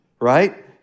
right